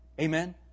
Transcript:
Amen